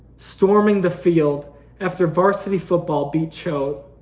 storming the field after varsity football beat choate,